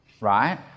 right